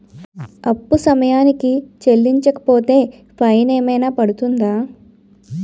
అప్పు సమయానికి చెల్లించకపోతే ఫైన్ ఏమైనా పడ్తుంద?